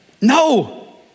No